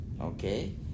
Okay